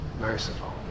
Merciful